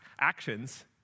actions